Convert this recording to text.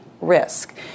risk